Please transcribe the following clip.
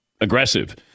aggressive